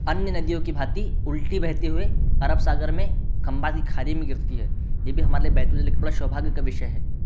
अन्य नदियों की भांति उलटी बहते हुए अरब सागर में खंबात की खाड़ी में गिरती है ये भी हमारे लिए बैतूल जिले के लिए बड़ा सौभाग्य का विषय है